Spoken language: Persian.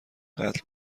قتل